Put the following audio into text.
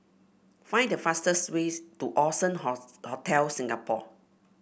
find the fastest way to Allson Hotel Singapore